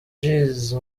jeezy